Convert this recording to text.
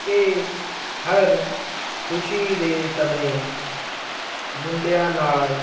ਇਹ ਹਰ ਖੁਸ਼ੀ ਦੇ ਸਮੇਂ ਮੁੰਡਿਆਂ ਨਾਲ